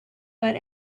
but